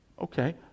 Okay